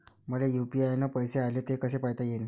मले यू.पी.आय न पैसे आले, ते कसे पायता येईन?